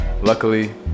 luckily